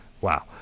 wow